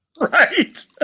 Right